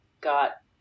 got